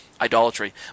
idolatry